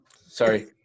Sorry